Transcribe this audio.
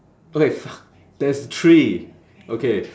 okay fuck there's three okay